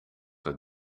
het